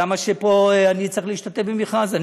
למה פה אני צריך להשתתף במכרז?